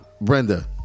Brenda